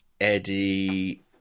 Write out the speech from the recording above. Eddie